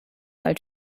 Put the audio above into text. mal